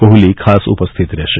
કોહલી ખાસ ઉપસ્થિત રહેશે